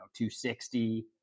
260